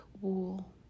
wool